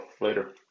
Later